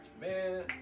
Man